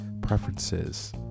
preferences